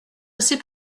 assez